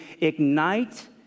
ignite